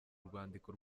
urwandiko